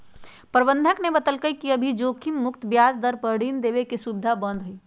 प्रबंधक ने बतल कई कि अभी जोखिम मुक्त ब्याज दर पर ऋण देवे के सुविधा बंद हई